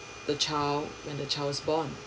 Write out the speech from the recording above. the child when the child was born